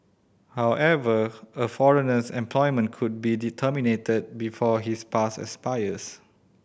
however a foreigner's employment could be before his pass expires